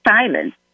silence